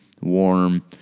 warm